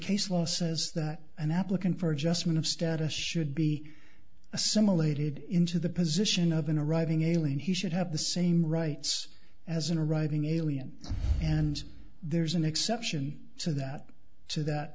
case losses that an applicant for adjustment of status should be assimilated into the position of in a writing alien he should have the same rights as in writing and there's an exception to that so that